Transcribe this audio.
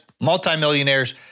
multimillionaires